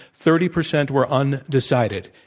thirty percent were undecided.